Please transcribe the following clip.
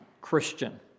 Christian